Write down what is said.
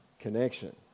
connection